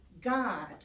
God